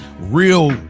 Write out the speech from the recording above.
real